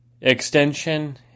extension